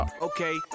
Okay